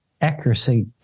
accuracy